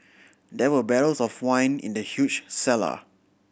there were barrels of wine in the huge cellar